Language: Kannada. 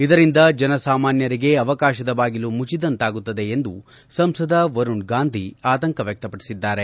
ಅದರಿಂದ ಜನಸಾಮಾನ್ನರಿಗೆ ಅವಕಾಶದ ಬಾಗಿಲು ಮುಚ್ಚಿದಂತಾಗುತ್ತದೆ ಎಂದು ಸಂಸದ ವರುಣ್ ಗಾಂಧಿ ಆತಂಕ ವ್ಯಕ್ತಪಡಿಸಿದ್ದಾರೆ